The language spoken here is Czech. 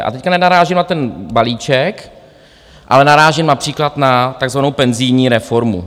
A teď nenarážím na ten balíček, ale narážím například na takzvanou penzijní reformu.